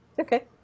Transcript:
Okay